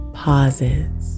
pauses